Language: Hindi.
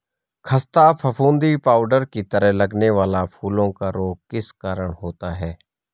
खस्ता फफूंदी पाउडर की तरह लगने वाला फूलों का रोग किस कारण होता है?